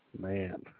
Man